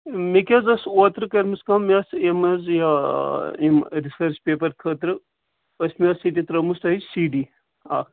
مےٚ کیٛاز ٲس اوترٕ کٔرمٕژ کٲم مےٚ ٲس یِم حظ یہِ یِم رِسٲرٕچ پیپَر خٲطرٕ ٲسۍ مےٚ ییٚتہِ ترٛٲومٕژ تۄہہِ سی ڈی اَکھ